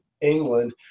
England